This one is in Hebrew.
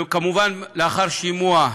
כמובן, לאחר שימוע,